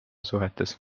suhetes